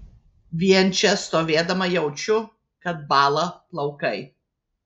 vien čia stovėdama jaučiu kad bąla plaukai